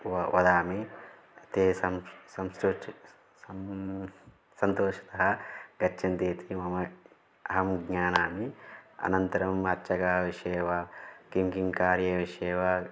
वा वदामि ते सं सं सन्तोषेण गच्छन्ति इति मम अहं जानामि अनन्तरम् अर्चकविषये वा किं किं कार्यविषये वा